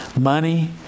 money